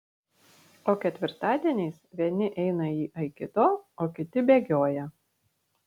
o ketvirtadieniais vieni eina į aikido o kiti bėgioja